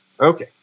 Okay